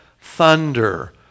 thunder